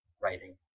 writing